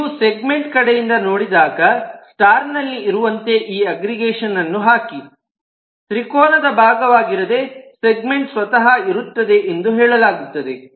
ನೀವು ಸೆಗ್ಮೆಂಟ್ ಕಡೆಯಿಂದ ನೋಡಿದಾಗ ಸ್ಟಾರ್ ನಲ್ಲಿ ಇರುವಂತೆ ಈ ಅಗ್ರಿಗೇಷನ್ ಅನ್ನು ಹಾಕಿ ತ್ರಿಕೋನದ ಭಾಗವಾಗಿರದೆ ಸೆಗ್ಮೆಂಟ್ ಸ್ವತಃ ಇರುತ್ತದೆ ಎಂದು ಹೇಳಲಾಗುತ್ತದೆ